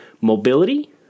mobility